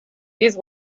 these